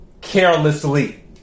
carelessly